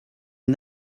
and